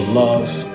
love